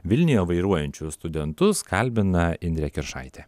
vilniuje vairuojančius studentus kalbina indrė kiršaitė